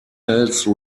else